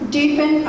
Deepen